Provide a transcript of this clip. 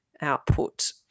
output